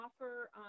offer